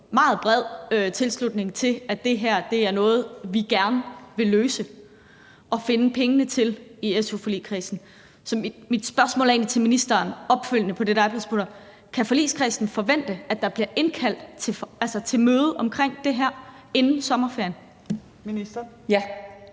meget bred tilslutning til, at det her er noget, vi gerne vil løse og finde pengene til i su-forligskredsen, er mit spørgsmål til ministeren egentlig opfølgende på det, der er blevet spurgt om, nemlig: Kan forligskredsen forvente, at der bliver indkaldt til møde om det her inden sommerferien?